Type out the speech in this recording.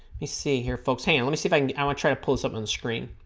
me see here folks hanging let me see if i can i want try to pull this up on the screen